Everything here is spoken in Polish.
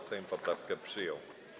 Sejm poprawki przyjął.